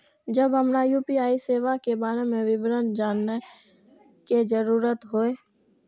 जब हमरा यू.पी.आई सेवा के बारे में विवरण जानय के जरुरत होय?